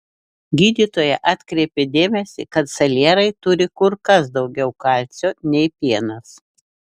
gydytoja atkreipė dėmesį kad salierai turi kur kas daugiau kalcio nei pienas